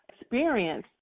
experience